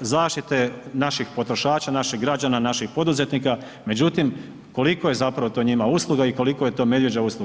zaštite naših potrošača, naših građana, naših poduzetnika, međutim, koliko je to zapravo njima usluga i koliko je to medvjeđa usluga.